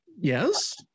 yes